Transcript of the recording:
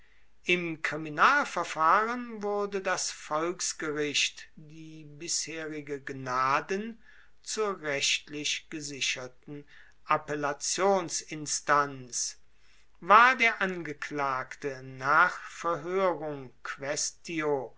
im kriminalverfahren wurde das volksgericht die bisherige gnaden zur rechtlich gesicherten appellationsinstanz war der angeklagte nach